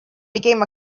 became